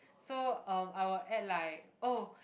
so um I will add like oh